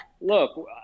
Look